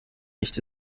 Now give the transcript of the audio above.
nicht